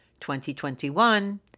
2021